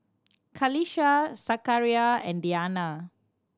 Qalisha Zakaria and Diyana